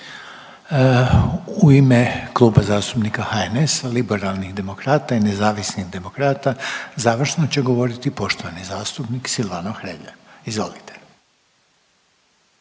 U ime Kluba zastupnika HNS, Liberalnih demokrata i Nezavisnih demokrata, završno će govoriti poštovani zastupnik Silvano Hrelja. Izvolite.